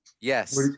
Yes